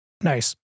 Nice